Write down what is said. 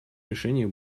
решения